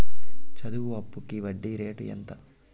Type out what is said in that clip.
చదువు అప్పుకి వడ్డీ రేటు ఎంత?